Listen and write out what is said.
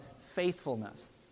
faithfulness